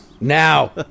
Now